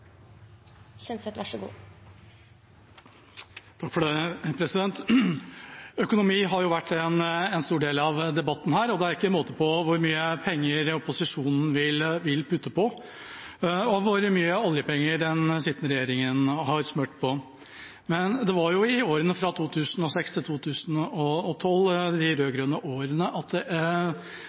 Kjenseth har hatt ordet to ganger tidligere i debatten og får ordet til en kort merknad, begrenset til 1 minutt. Økonomi har vært tema for en stor del av debatten her, og det er ikke måte på hvor mye penger opposisjonen vil putte på, og hvor mye oljepenger den sittende regjeringa har smurt på. Men det var i årene fra 2006 til 2012, de rød-grønne årene, at